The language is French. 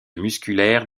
musculaire